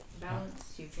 balance